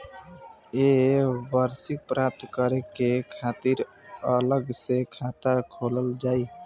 ये सर्विस प्राप्त करे के खातिर अलग से खाता खोलल जाइ?